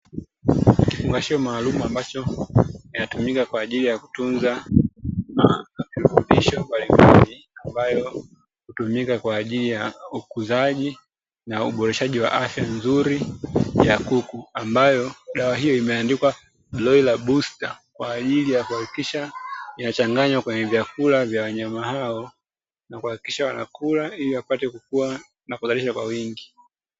kifungashio maalumu ambacho kinatumika kwa ajili ya kutunza virutubisho mbalimbali, ambavyo hutumika kwa ajili ya ukuzaji na uboreshaji wa afya nzuri ya kuku, ambayo dawa hiyo imeandikwa "broiller buster" kwa ajili ya kuhakikisha inachanganywa kwenye vyakula vya wanyama hao na kuhakikisha wanakula ili wapate kukua na kuzalishwa kwa wingi.